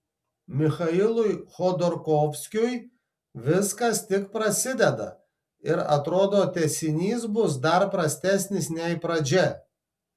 michailui chodorkovskiui viskas tik prasideda ir atrodo tęsinys bus dar prastesnis nei pradžia